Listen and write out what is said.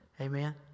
amen